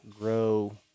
grow